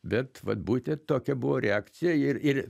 bet vat būtent tokia buvo reakcija ir ir